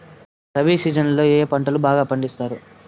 rabi season లో ఏ పంటలు బాగా పండిస్తారు